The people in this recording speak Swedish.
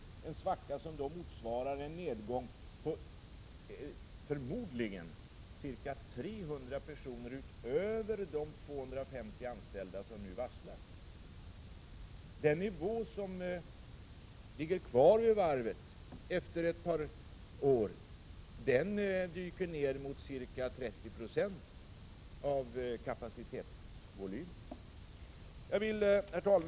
Det blir en svacka som motsvarar en nedgång med förmodligen ca 300 personer, utöver de 250 anställda som nu varslats. Den ordernivå som finns på varvet om ett par år dyker ner mot ca 30 96 av kapacitetsvolymen. Herr talman!